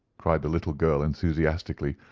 cried the little girl enthusiastically,